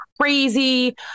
crazy